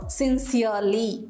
sincerely